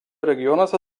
regionuose